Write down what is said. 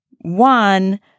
One